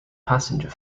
passenger